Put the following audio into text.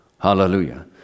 Hallelujah